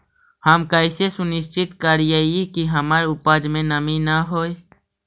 हम कैसे सुनिश्चित करिअई कि हमर उपज में नमी न होय?